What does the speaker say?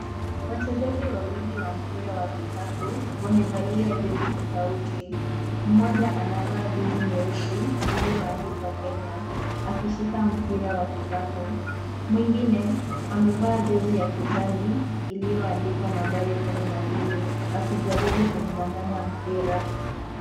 Wachezaji wawili wa mpira wa kikapu wamevalia jezi tofauti. Mmoja anavaa jezi nyeusi iliyoandikwa Kenya akishika mpira wa kikapu, mwingine amevaa jezi ya kijani iliyoandikwa nambari kumi na mbili akijaribu kumnyang'anya mpira.